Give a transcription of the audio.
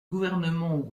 gouvernement